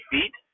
Feet